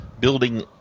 building